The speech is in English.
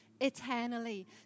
eternally